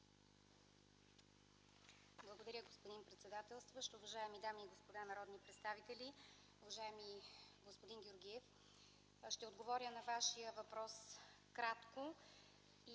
Благодаря, господин председател. Уважаеми дами и господа народни представители, уважаеми господин Георгиев! Ще отговоря на Вашия въпрос кратко и